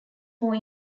more